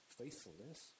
faithfulness